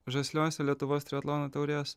žasliuose lietuvos triatlono taurės